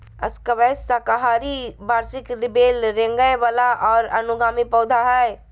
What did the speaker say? squash साकाहारी वार्षिक बेल रेंगय वला और अनुगामी पौधा हइ